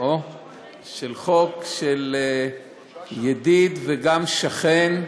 הצעת חוק של ידיד וגם שכן.